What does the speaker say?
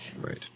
Right